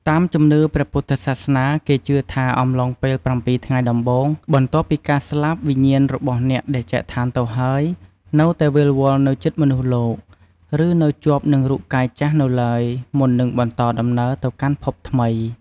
តាមជំនឿព្រះពុទ្ធសាសនា គេជឿថាអំឡុងពេល ៧ថ្ងៃដំបូង បន្ទាប់ពីការស្លាប់ វិញ្ញាណរបស់អ្នកដែលចែកឋានទៅហើយ នៅតែវិលវល់នៅជិតមនុស្សលោក ឬនៅជាប់នឹងរូបកាយចាស់នៅឡើយ មុននឹងបន្តដំណើរទៅកាន់ភពថ្មី។